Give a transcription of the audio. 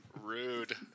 Rude